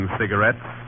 cigarettes